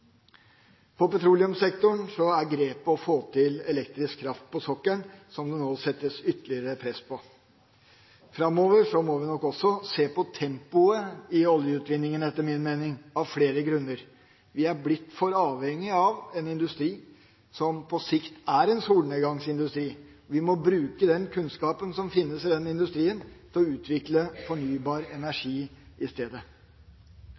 I petroleumssektoren er grepet å få til elektrisk kraft på sokkelen, noe det nå settes ytterligere press på. Framover må vi nok også, etter min mening, se på tempoet i oljeutvinninga – av flere grunner: Vi har blitt for avhengige av en industri som på sikt er en solnedgangsindustri. Vi må bruke den kunnskapen som finnes i denne industrien, til i stedet å utvikle fornybar energi.